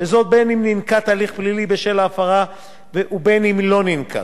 בין אם ננקט הליך פלילי בשל ההפרה ובין אם לא ננקט.